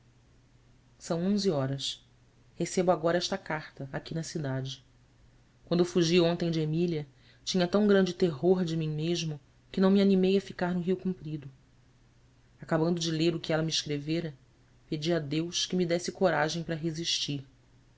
são onze horas recebo agora esta carta aqui na cidade quando fugi ontem de emília tinha tão grande terror de mim mesmo que não me animei a ficar no rio comprido acabando de ler o que ela me escrevera pedi a deus que me desse coragem para resistir